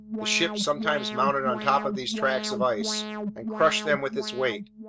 the ship sometimes mounted on top of these tracts of ice and crushed them with its weight,